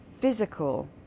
physical